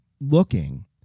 looking